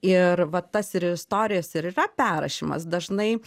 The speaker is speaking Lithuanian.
ir va tas ir istorijos ir yra perrašymas dažnai